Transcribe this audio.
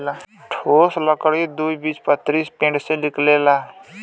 ठोस लकड़ी द्विबीजपत्री पेड़ से मिलेला